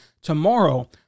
Tomorrow